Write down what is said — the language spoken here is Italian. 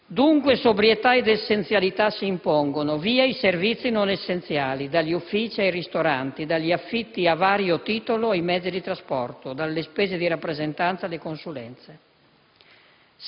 Dunque, sobrietà ed essenzialità si impongono. Via i servizi non essenziali, dagli uffici ai ristoranti, dagli affitti a vario titolo ai mezzi di trasporto, dalle spese di rappresentanza alle consulenze.